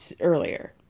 earlier